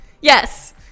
Yes